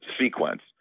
sequence